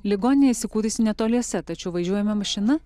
ligoninė įsikūrisi netoliese tačiau važiuojame mašina